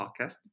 podcast